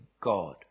God